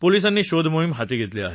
पोलिसांनी शोधमोहीम हाती घेतली आहे